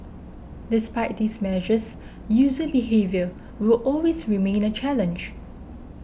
despite these measures user behaviour will always remain a challenge